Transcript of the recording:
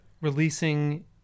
Releasing